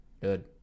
Good